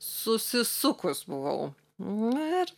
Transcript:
susisukus buvau nu ir